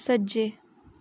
सज्जै